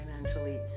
financially